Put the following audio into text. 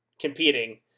competing